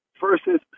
versus